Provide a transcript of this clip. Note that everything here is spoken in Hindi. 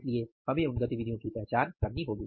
इसलिए हमें उन गतिविधियों की पहचान करनी होगी